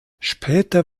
später